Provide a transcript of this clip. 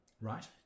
Right